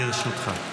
לרשותך.